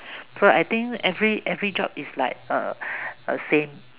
so I think every every job is like uh same